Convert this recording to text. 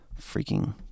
Freaking